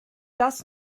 das